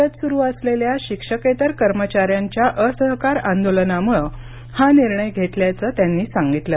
राज्यात सुरू असलेल्या शिक्षकेतर कर्मचाऱ्यांच्या असहकार आंदोलनामुळे हा निर्णय घेतल्याचं त्यांनी सांगितलं